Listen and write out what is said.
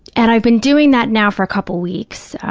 and i've been doing that now for a couple weeks,